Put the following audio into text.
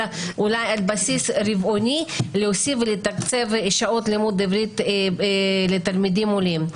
אולי על בסיס רבעוני להוסיף ולתקצב שעות לימוד עברית לתלמידים עולים.